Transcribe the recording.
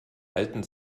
alten